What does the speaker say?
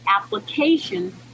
application